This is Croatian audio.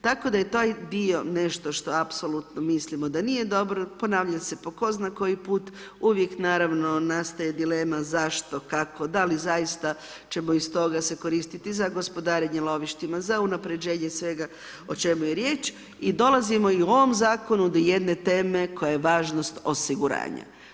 Tako da je taj dio nešto što apsolutno mislimo da nije dobro, ponavlja se po tko zna koji put, uvijek naravno nastaje dilema, zašto, kako, da li zaista ćemo iz toga se koristiti za gospodarenje lovištima, za unapređenje svega o čemu je riječ i dolazimo i u ovom zakonu do jedne teme koja je važnost osiguranja.